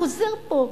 חוזר פה,